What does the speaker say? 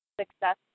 success